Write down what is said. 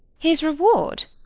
his reward?